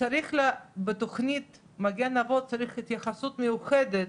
צריך בתוכנית 'מגן אבות' התייחסות מיוחדת